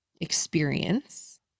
experience